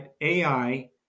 AI